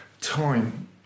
time